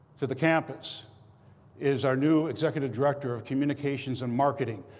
to the campus is our new executive director of communications and marketing,